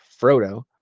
Frodo